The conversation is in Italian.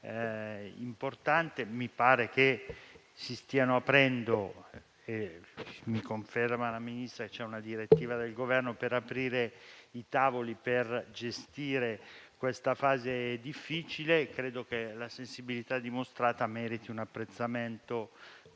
importante. Mi pare che si stiano aprendo i tavoli - la Ministra mi conferma che c'è una direttiva del Governo - per gestire questa fase difficile. Credo che la sensibilità dimostrata meriti un apprezzamento